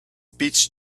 peach